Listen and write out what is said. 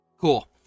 Cool